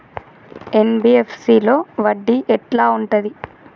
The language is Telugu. ఎన్.బి.ఎఫ్.సి లో వడ్డీ ఎట్లా ఉంటది?